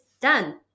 done